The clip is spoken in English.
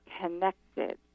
connected